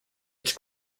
its